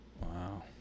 Wow